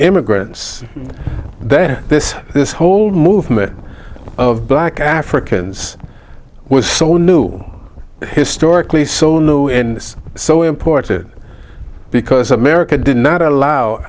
immigrants then this this whole movement of black africans was so new historically so no and it's so important because america did not allow